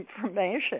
information